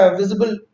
visible